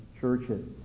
churches